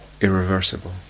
irreversible